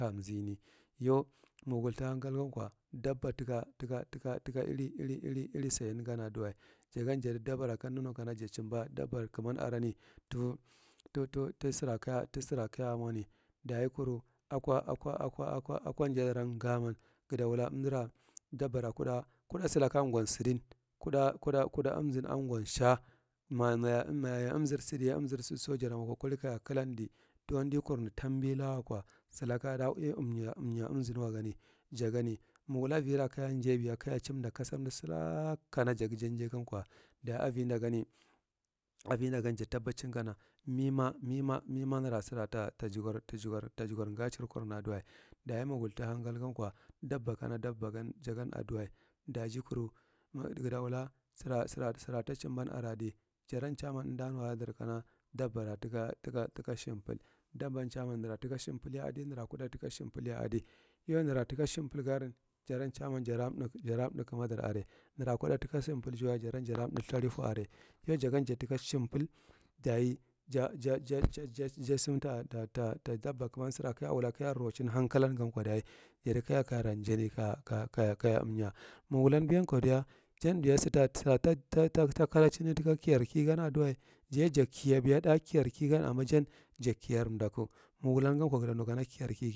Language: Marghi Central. Tamzini, yo, magwul tahankalgankwa, dabba taka, taka, taka, taka ili, ili, ili, ili sain gan aduwa. Jagan jada dabbara kamdu nukana jacimban dabbar kaman arani to, to to, tasara ka, tasara kayamwani. Dayi kuru akwa, akwa, akwa, akwa, akwa jadaranggaman, gada wula amdala dabbara kuɗa, kuɗa salaka angwa sadan, kuɗa, kuɗa, kuɗa, kuɗa amzan angwa n sha. Ma, mayayyi, mayaya amzar sadye amza sadso jadamwa kokoli kaya kalandi. Dondikur nar tambi la’a wakwa, salaka ada ui amnya, amnya amzarwaganu jagani magwula ivira kaya njai biya kaya cimda kasarni salaak kana jagi njan gankwa, dayi avindagani, avinda dan ja tabbacin kana mima, mima mima nara sara ta ta jugwar, tajugwar, tajugwa ngacir kurna aduwa. Dayi magwal ta hankalgan kwa, dabbakana dabbagan jagan aduwa. Daji kuru mug gada wula sara, sara, sara ta cimban aradi. Jaran caman amda nuwaladar kana dabbara taku, taka, taka shinpal. Dabban caman nara taka shimpalye adi, nara kuɗa taka shimplaye adi. Yo, nara tak shimpalga aran, jaran caman jara mɗa, jara n mɗa kamdar are. Nara kuɗa taka shimpal cuwa jargye jara mɗa mthalifu are. Yo, jagan jataka shimpal, dayi, ja, ja, ja, ja, sam ta, ta, ta, dabba kaman, sara kawula ka roccin hankalangan kwa dayi jadi kayara njani kaya amnya magwulangankwa diya, jan biya sat sara tata kalakcinni taka kiyar kigan aduwa. Jaye ja kiya biya a ɗa kiyar kigan, amma san sakiyar mdallu. Magwulgankwa, gadanu kana kiyarki.